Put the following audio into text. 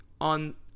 on